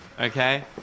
okay